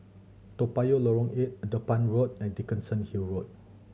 Toa Payoh Lorong Eight Dedap Road and Dickenson Hill Road